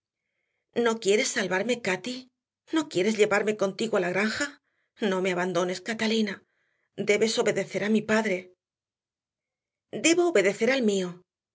no quieres salvarme cati no quieres llevarme contigo a la granja no me abandones catalina debes obedecer a mi padre debo obedecer al mío